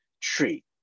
tree